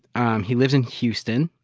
um he lives in houston,